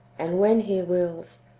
and when he wills,